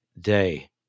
day